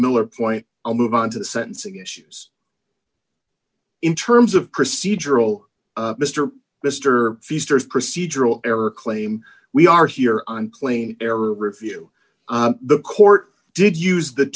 miller point i'll move on to the sentencing issues in terms of procedural mr mr feasters procedural error claim we are here on claim error review the court did use the